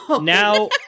now